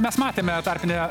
mes matėme tarpinę